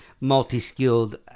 multi-skilled